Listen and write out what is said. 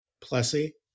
Plessy